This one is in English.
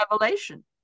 revelation